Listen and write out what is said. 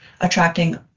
attracting